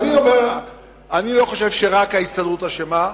אני לא חושב שרק ההסתדרות אשמה,